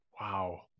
Wow